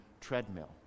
treadmill